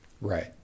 Right